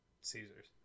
Caesars